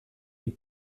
une